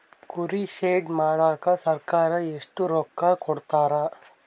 ಕುರಿ ಶೆಡ್ ಮಾಡಕ ಸರ್ಕಾರ ಎಷ್ಟು ರೊಕ್ಕ ಕೊಡ್ತಾರ?